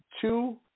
two